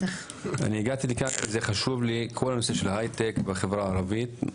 אני הגעתי לכאן כי זה חשוב לי כל הנושא של ההייטק בחברה הערבית.